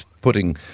putting